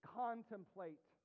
contemplate